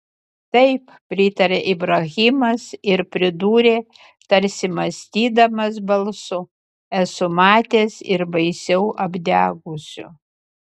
taip pritarė ibrahimas ir pridūrė tarsi mąstydamas balsu esu matęs ir baisiau apdegusių